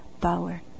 power